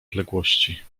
odległości